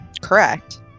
correct